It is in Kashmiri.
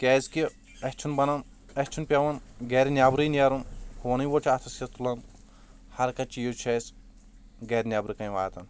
کیازکہِ اسہِ چھنہٕ بَنان اسہِ چھنہٕ پٮ۪وان گَرِ نٮ۪برٕے نیرُن فونُے یوت چھ اَتھَس کٮ۪تھ تُلان ہَر کانٛہہ چیٖز چھُ اسہِ گَرِ نٮ۪برٕ کَنۍ واتان